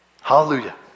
Hallelujah